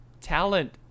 talent